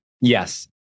Yes